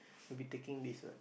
will be taking this [what]